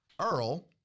earl